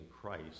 Christ